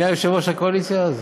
מי היה יושב-ראש הקואליציה אז?